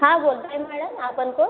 हा बोलते आहे मॅडम आपण कोण